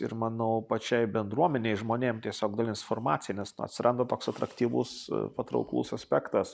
ir manau pačiai bendruomenei žmonėm tiesiog dalintis informacija nes na atsiranda toks atraktyvus patrauklus aspektas